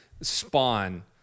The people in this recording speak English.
Spawn